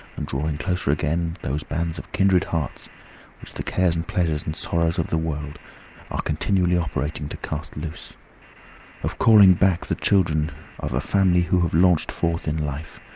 and drawing closer again those bands of kindred hearts which the cares and pleasures and sorrows of the world are continually operating to cast loose of calling back the children of a family who have launched forth in life,